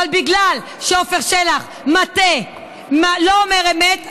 אבל בגלל שעפר שלח מטעה ולא אומר אמת,